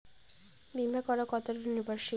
বীমা করা কতোটা নির্ভরশীল?